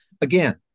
Again